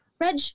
Reg